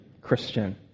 Christian